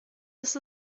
ist